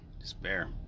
despair